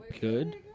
good